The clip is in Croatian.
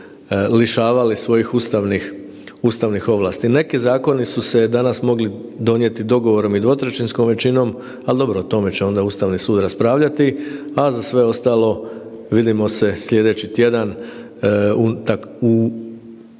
lišavali svojih ustavnih ovlasti. Neki zakoni su se danas mogli donijeti dogovorom i dvotrećinskom većinom, ali dobro o tome će onda Ustavni sud raspravljati, a za sve ostalo vidimo se sljedeći tjedan u